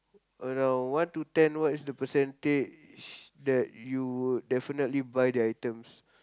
on uh one to ten what is the percentage that you would definitely buy their items